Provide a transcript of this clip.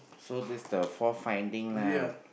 so this is the fourth finding lah